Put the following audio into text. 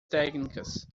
técnicas